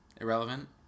Irrelevant